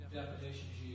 definitions